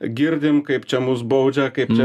girdim kaip čia mus baudžia kaip čia